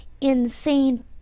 insane